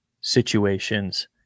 situations